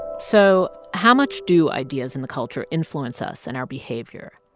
so how much do ideas and the culture influence us and our behavior?